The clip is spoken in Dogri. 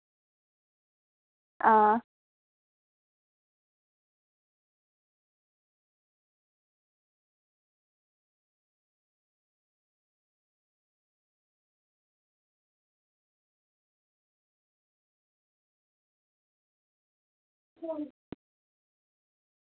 आं